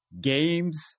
games